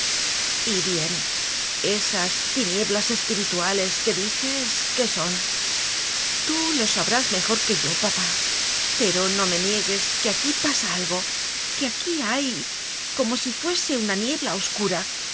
verdad y bien esas tinieblas espirituales que dices qué son tú lo sabrás mejor que yo papá pero no me niegues que aquí pasa algo que aquí hay como si fuese una niebla oscura